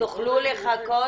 תוכלו לחכות?